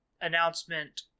announcement